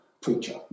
preacher